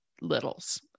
littles